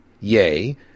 Yea